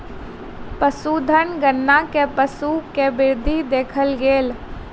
पशुधन गणना मे पशु के वृद्धि देखल गेल